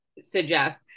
suggest